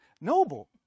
noble